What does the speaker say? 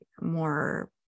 more